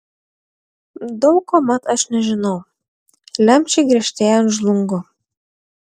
daug ko mat aš nežinau lemčiai griežtėjant žlungu